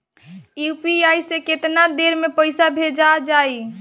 UPI से केतना देर मे पईसा भेजा जाई?